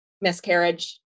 miscarriage